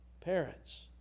parents